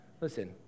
Listen